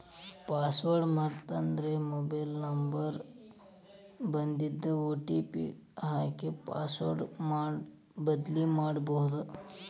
password ಮರೇತಂದ್ರ mobile number ಗ ಬನ್ದಿದ್ ಒ.ಟಿ.ಪಿ ಹಾಕಿ ಪಾಸ್ವರ್ಡ್ ಬದ್ಲಿಮಾಡ್ಬೊದು